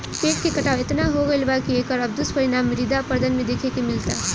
पेड़ के कटाव एतना हो गईल बा की एकर अब दुष्परिणाम मृदा अपरदन में देखे के मिलता